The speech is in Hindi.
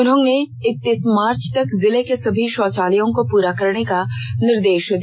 उन्होंने इकतीस मार्च तक जिले के सभी शौचालयों को पूरा करने का निर्देष दिया